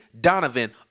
Donovan